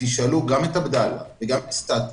תשאלו גם את עבדאללה וגם את סאטי,